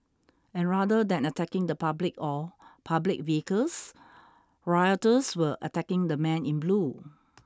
and rather than attacking the public or public vehicles rioters were attacking the men in blue